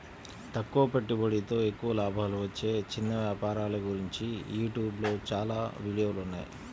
తక్కువ పెట్టుబడితో ఎక్కువ లాభాలు వచ్చే చిన్న వ్యాపారాల గురించి యూట్యూబ్ లో చాలా వీడియోలున్నాయి